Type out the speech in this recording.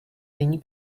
není